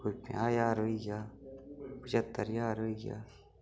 कोई पन्जाह् ज्हार होई गेआ पच्हत्तर ज्हार होई गेआ